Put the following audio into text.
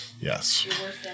Yes